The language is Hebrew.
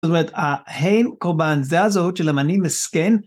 זאת אומרת הם קורבן. זה הזהות שלהם, אני מסכן.